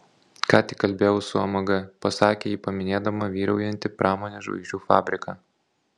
ką tik kalbėjau su omg pasakė ji paminėdama vyraujantį pramonės žvaigždžių fabriką